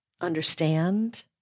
understand